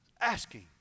asking